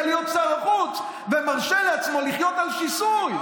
להיות שר החוץ ומרשה לעצמו לחיות על שיסוי.